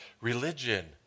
religion